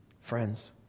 Friends